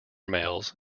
males